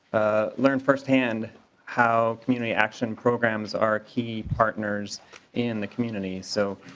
learned firsthand how community action programs are key partners in the community. so